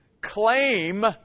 claim